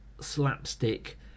slapstick